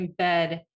embed